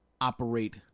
operate